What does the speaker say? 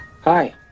Hi